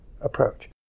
approach